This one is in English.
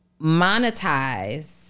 monetize